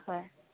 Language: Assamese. হয়